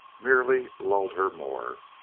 merely lulled her more.